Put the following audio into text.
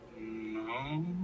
No